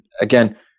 again